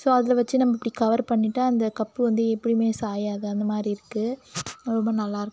so அதில் வெச்சு நம்ம இப்படி கவர் பண்ணிட்டால் அந்த கப்பு வந்து எப்வுமே சாயாது அந்த மாதிரி இருக்குது ரொம்ப நல்லாயிருக்கு